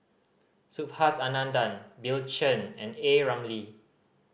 Subhas Anandan Bill Chen and A Ramli